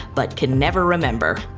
but can never remember.